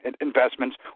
investments